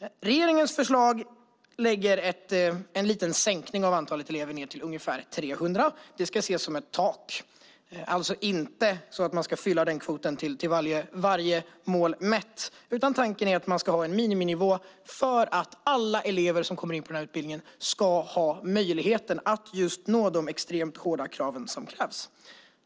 Regeringens förslag innebär en liten sänkning av antalet elever ned till ungefär 300. Det ska ses som ett tak. Målet ska alltså inte vara att fylla denna kvot till varje pris, utan tanken är att man ska ha en miniminivå för att alla elever som kommer in på utbildningen ska ha möjligheten att motsvara de extremt hårda krav som ställs.